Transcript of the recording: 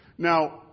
Now